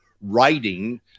writing